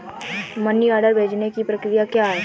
Money order भेजने की प्रक्रिया क्या है?